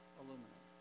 aluminum